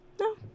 No